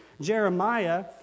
Jeremiah